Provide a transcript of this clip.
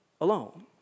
alone